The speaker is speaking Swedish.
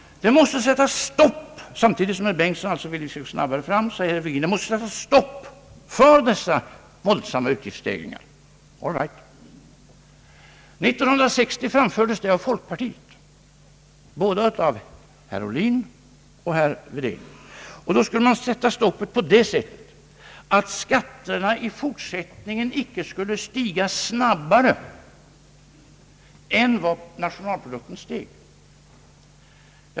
Det måste sättas stopp för dessa våldsamma utgiftsstegringar, säger herr Virgin samtidigt som han vill gå snabbare fram. All right. 1960 framfördes detta av folkpartiet — av både herr Ohlin och herr Wedén. Då skulle man sätta stoppet så att skatterna i fortsättningen inte skulle stiga snabbare än nationalprodukten.